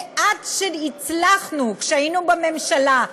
עד שהצלחנו, כשהיינו בממשלה,